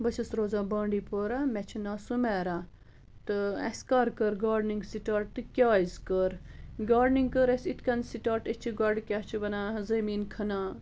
بہٕ چھَس روزان بانڈی پورا مےٚ چھُ ناو سُمیرا تہٕ اَسہِ کَر کٔر گاڈنِنٛگ سِٹاٹ تہٕ کیٛازِ کٔر گاڈنِنٛگ کٔر اَسہِ یِتھ کٔنۍ سِٹاٹ أسی چھِ گۄڈٕ کیٛاہ چھِ وَنان حظ زٔمیٖن کھنان